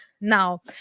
now